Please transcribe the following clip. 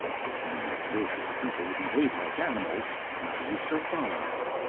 but when you live with people who behave like animals how do you survive?